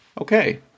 okay